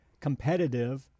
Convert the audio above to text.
competitive